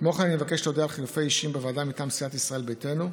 כמו כן אני מבקש להודיע על חילופי אישים בוועדה מטעם סיעת ישראל ביתנו: